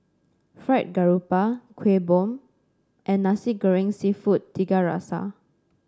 Fried Garoupa Kueh Bom and Nasi Goreng seafood Tiga Rasa